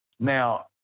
Now